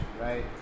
right